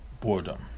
boredom